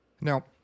Now